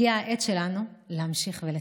הגיעה העת שלנו להמשיך ולטפל.